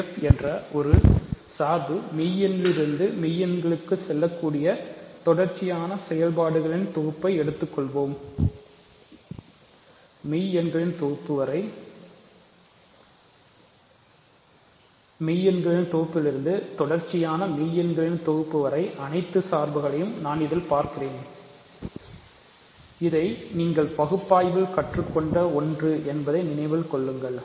f என்ற சார்பு மெய்எண்களிலிருந்து மெய் எண்களுக்கு செல்லக் கூடிய தொடர்ச்சியான செயல்பாடுகளின் தொகுப்பை எடுத்துக்கொள்வோம் மெய் எண்களின் தொகுப்பிலிருந்து தொடர்ச்சியான மெய் எண்களின் தொகுப்பு வரை அனைத்து சார்பு களையும் நான் இதில் பார்க்கிறேன் இதை நீங்கள் பகுப்பாய்வில் கற்றுக்கொண்ட ஒன்று என்பதை நினைவில் கொள்ளுங்கள்